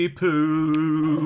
poo